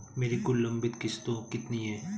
मेरी कुल लंबित किश्तों कितनी हैं?